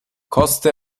koste